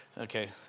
Okay